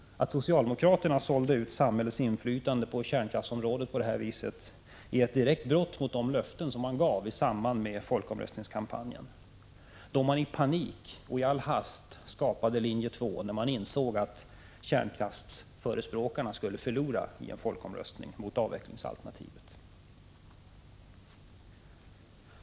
Att socialdemokraterna på detta vis sålde ut samhällets inflytande på kärnkraftsområdet är ett direkt brott mot de löften som gavs i samband med folkomröstningskampanjen, då socialdemokraterna i panik och i all hast skapade linje 2, eftersom de insåg att kärnkraftsförespråkarna i en folkomröstning skulle förlora mot dem som företrädde avvecklingsalternativet.